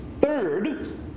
Third